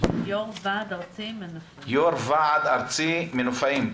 יו"ר ועד ארצי מנופאים.